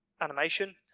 animation